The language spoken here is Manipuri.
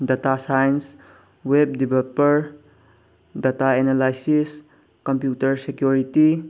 data science web developer data analysis computer security